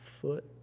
foot